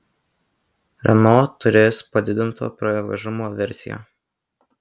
renault turės padidinto pravažumo versiją